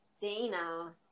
Dana